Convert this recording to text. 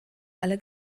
alle